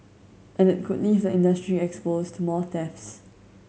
and it could leave the industry exposed to more thefts